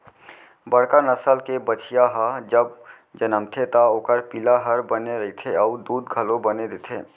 बड़का नसल के बछिया ह जब जनमथे त ओकर पिला हर बने रथे अउ दूद घलौ बने देथे